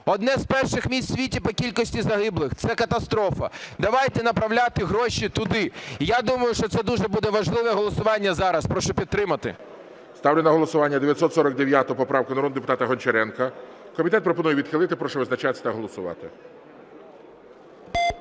одне з перших місць в світі по кількості загиблих. Це катастрофа. Давайте направляти гроші туди. І я думаю, що це дуже буде важливе голосування зараз. Прошу підтримати. ГОЛОВУЮЧИЙ. Ставлю на голосування 949 поправку народного депутата Гончаренка. Комітет пропонує відхилити. Прошу визначатись та голосувати.